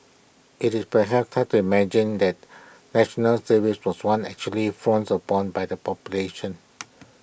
IT is perhaps hard to imagine that National Service was once actually frowned upon by the population